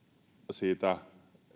siitä